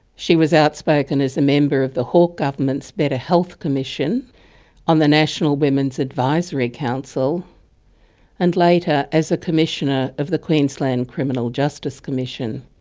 she was outspoken as a member of the hawke government's better health commission on the national women's advisory council and later as a commissioner of the queensland criminal justice commission.